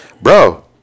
bro